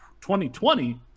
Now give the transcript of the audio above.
2020